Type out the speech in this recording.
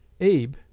abe